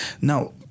Now